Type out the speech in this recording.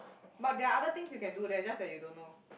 but there are other things you can do there just that you don't know